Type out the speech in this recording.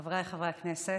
חבריי חברי הכנסת,